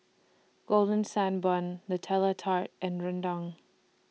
Golden Sand Bun Nutella Tart and Rendang